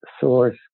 source